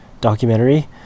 documentary